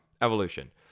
evolution